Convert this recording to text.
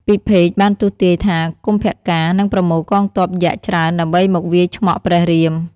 ពិភេកបានទស្សន៍ទាយថា កុម្ពកាណ៍ នឹងប្រមូលកងទ័ពយក្សច្រើន ដើម្បីមកវាយឆ្មក់ព្រះរាម ។